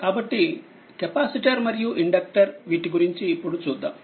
కాబట్టి కెపాసిటర్ మరియు ఇండక్టర్ వీటి గురించి ఇప్పుడు చూద్దాం